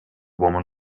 woman